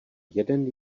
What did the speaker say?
jeden